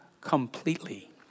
completely